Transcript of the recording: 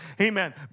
Amen